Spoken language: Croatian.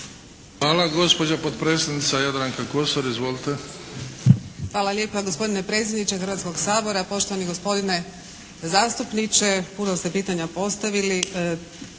Hvala. Gospođa potpredsjednica Jadranka Kosor. Izvolite. **Kosor, Jadranka (HDZ)** Hvala lijepa. Gospodine predsjedniče Hrvatskoga sabora. Poštovani gospodine zastupniče. Puno ste pitanja postavili